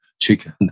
chicken